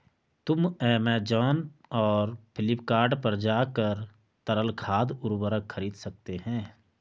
तुम ऐमेज़ॉन और फ्लिपकार्ट पर जाकर तरल खाद उर्वरक खरीद सकते हो